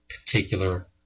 particular